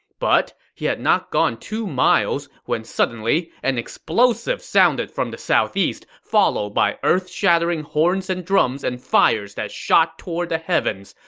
but he had not gone two miles when suddenly, an explosive sounded from the southeast, followed by earth-shattering horns and drums and fires that shot toward the heavens.